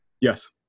Yes